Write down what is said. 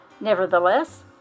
Nevertheless